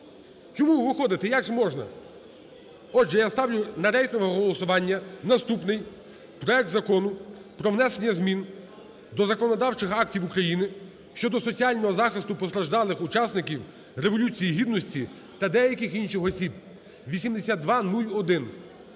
чому ви виходите, як же можна? Отже, я ставлю на рейтингове голосування наступний проект Закону про внесення змін до законодавчих актів України щодо соціального захисту постраждалих учасників Революції Гідності та деяких інших осіб (8201).